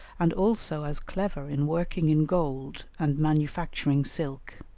and also as clever in working in gold and manufacturing silk.